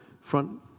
front